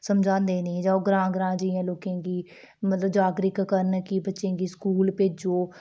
समझांदे नेईं जां ओह् ग्रांऽ ग्रांऽ जाइयै मतलब कि जागरुक करन कि बच्चें गी स्कूल भेजो